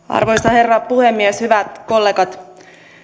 arvoisa herra puhemies hyvät kollegat